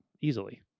easily